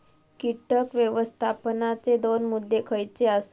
कीटक व्यवस्थापनाचे दोन मुद्दे खयचे आसत?